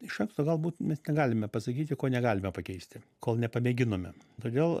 iš anksto galbūt mes negalime pasakyti ko negalime pakeisti kol nepamėginome todėl